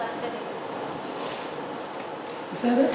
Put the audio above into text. בסדר?